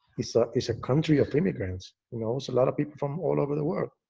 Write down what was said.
it's ah it's a country of immigrants. you know, it's a lot of people from all over the world,